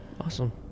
awesome